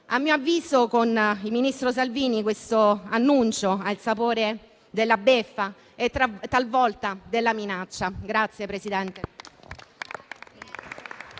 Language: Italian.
A mio avviso, con il ministro Salvini questo annuncio ha il sapore della beffa e, talvolta, della minaccia.